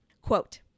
Quote